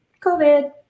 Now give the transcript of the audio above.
covid